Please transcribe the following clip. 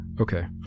okay